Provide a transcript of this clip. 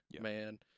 man